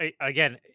Again